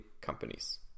companies